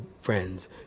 friends